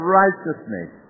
righteousness